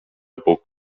bóg